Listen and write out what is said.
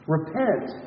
Repent